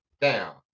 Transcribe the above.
down